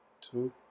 two